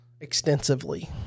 extensively